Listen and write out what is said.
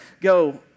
go